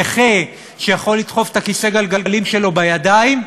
נכה שיכול לדחוף את כיסא הגלגלים שלו בידיים,